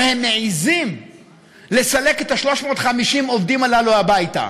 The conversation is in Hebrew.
הם מעזים לסלק את 350 העובדים הללו הביתה.